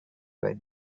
why